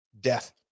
death